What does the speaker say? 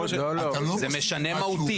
לא, זה משנה מהותית.